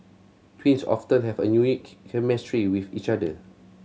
twins have a unique chemistry with each other